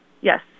Yes